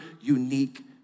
unique